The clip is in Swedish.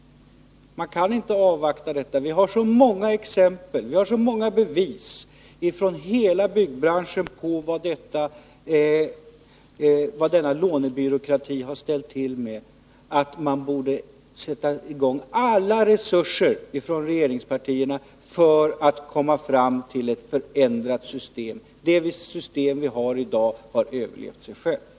Man kan inte avvakta. Vi har så många exempel och så många bevis från hela byggbranschen på vad denna lånebyråkrati har ställt till med att regeringspartierna borde sätta i gång alla resurser för att komma fram till ett förändrat system. Det system vi har i dag har överlevt sig självt.